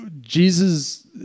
Jesus